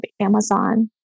Amazon